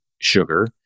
sugar